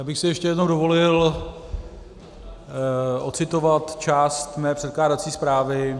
Já bych si ještě jednou dovolil ocitovat část mé předkládací zprávy.